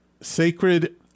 sacred